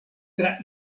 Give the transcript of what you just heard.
tra